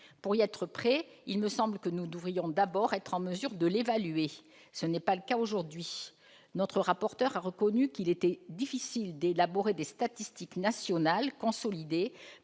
ce risque ? Il me semble que nous devrions d'abord être en mesure de l'évaluer. Or tel n'est pas le cas aujourd'hui. Notre rapporteur a reconnu, d'une part, qu'il était difficile d'élaborer des statistiques nationales consolidées